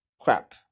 crap